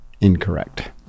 incorrect